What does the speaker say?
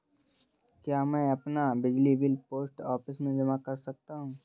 क्या मैं अपना बिजली बिल पोस्ट ऑफिस में जमा कर सकता हूँ?